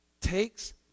takes